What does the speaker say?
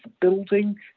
building